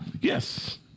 Yes